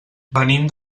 venim